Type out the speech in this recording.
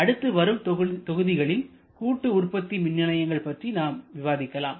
அடுத்து வரும் தொகுதிகளில் கூட்டு உற்பத்தி நிலையங்கள் பற்றி நாம் விவாதிக்கலாம்